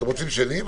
אתם רוצים יום שני?